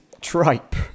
tripe